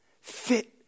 Fit